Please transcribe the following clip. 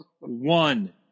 One